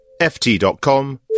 Ft.com